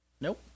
Nope